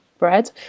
Bread